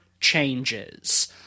changes